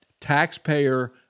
taxpayer